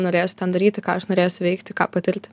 norėsiu ten daryti ką aš norėsiu veikti ką patirti